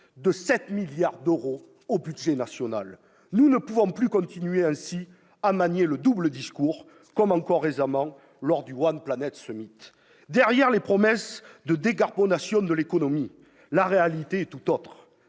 de 7 milliards d'euros au budget national ! Nous ne pouvons plus continuer ainsi à manier le double discours, comme encore récemment lors du Derrière les promesses de décarbonation de l'économie, la réalité est tout autre.